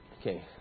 okay